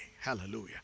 Hallelujah